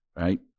right